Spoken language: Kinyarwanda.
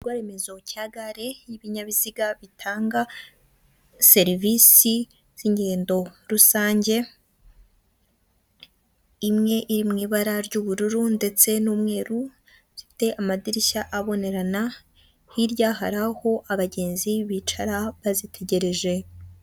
Igikorwa remezo cya gare y'ibinyabiziga bitanga serivisi z'ingendo rusange imwe iri mu ibara ry'ubururu ndetse n'umweru zifite amadirishya abonerana, hirya hari aho abagenzi bicara bazitegereje.